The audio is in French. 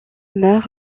meurt